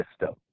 system